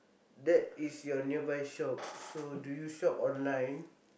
that is your nearby shop so do you shop online